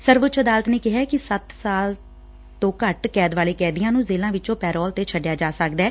ਸਰਵਉੱਚ ਅਦਾਲਤ ਨੇ ਕਿਹੈ ਕਿ ਸੱਤ ਸਾਲ ਤੋਂ ਘੱਟ ਕੈਦ ਵਾਲੇ ਕੈਦੀਆਂ ਨੂੰ ਜੇਲਾਂ ਵਿਚੋਂ ਪੈਰੋਲ ਤੇ ਛੱਡਿਆ ਜਾ ਸਕਦੈ